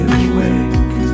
awake